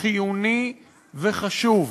חיוני וחשוב.